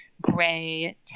gray